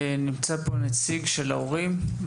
נמצא פה נציג של ההורים?